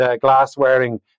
glass-wearing